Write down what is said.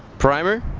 primer.